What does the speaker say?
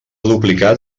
duplicat